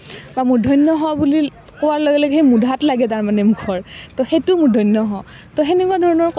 বা মূৰ্ধণ্য় ষ বুলি কোৱাৰ লগে লগে সেই মূধাত লাগে তাৰমানে মুখৰ তো সেইটো মূৰ্ধণ্য় ষ তো সেনেকুৱা ধৰণৰ কথা